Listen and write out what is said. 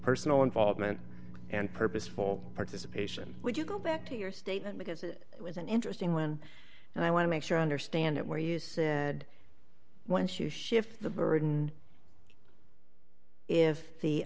personal involvement and purposeful participation would you go back to your statement because it was an interesting one and i want to make sure i understand it where you said once you shift the burden if the